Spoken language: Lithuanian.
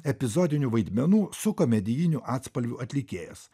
epizodinių vaidmenų su komedijiniu atspalviu atlikėjas